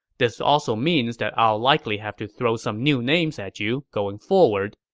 this also means that i'll likely have to throw some new names at you going forward.